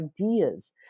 ideas